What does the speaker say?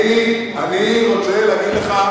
אני רוצה להגיד לך,